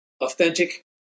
authentic